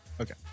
Okay